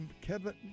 Kevin